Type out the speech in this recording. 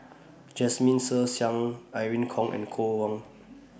Jasmine Ser Xiang Wei Irene Khong and Koh Hong